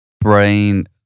brain